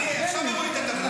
עכשיו הראו לי את הטבלה.